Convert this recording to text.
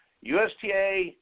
USTA